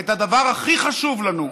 את הדבר הכי חשוב לנו,